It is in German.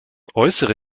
äußere